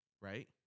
right